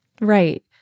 Right